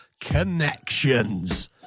Connections